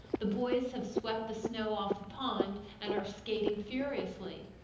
the boys have swept the snow off the pond and are skating furiously.